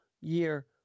year